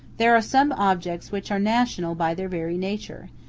there are some objects which are national by their very nature,